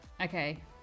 Okay